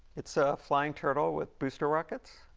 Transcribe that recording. it's a flying turtle with booster rockets